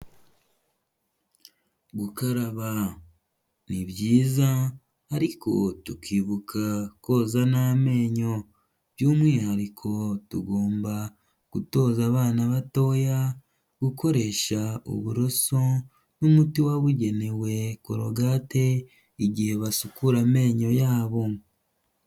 Gukaraba ni byiza ariko tukibuka koza n'amenyo, by'umwihariko tugomba gutoza abana batoya gukoresha uburoso n'umuti wabugenewe korogate igihe basukura amenyo yabo.